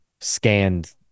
scanned